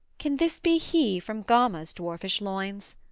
can this be he from gama's dwarfish loins?